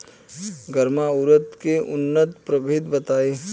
गर्मा उरद के उन्नत प्रभेद बताई?